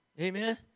Amen